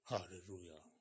Hallelujah